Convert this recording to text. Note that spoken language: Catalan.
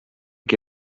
que